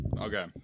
Okay